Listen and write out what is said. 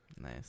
Nice